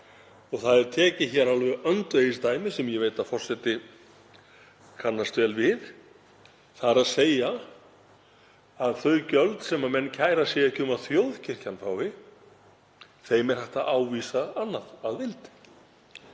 Það er tekið alveg öndvegisdæmi sem ég veit að forseti kannast vel við, þ.e. að þau gjöld sem menn kæra sig ekki um að þjóðkirkjan fái, þeim er hægt að ávísa annað að vild.